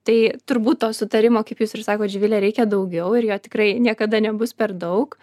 tai turbūt to sutarimo kaip jūs ir sakot živile reikia daugiau ir jo tikrai niekada nebus per daug